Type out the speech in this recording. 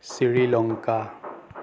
Sri Lanka